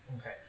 Okay